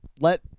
let